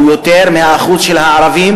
הוא יותר מהאחוז של הערבים